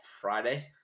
friday